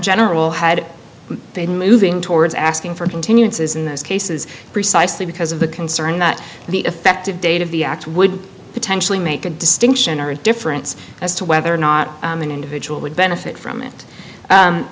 general had been moving towards asking for continuances in those cases precisely because of the concern that the effective date of the act would potentially make a distinction or difference as to whether or not an individual would benefit from it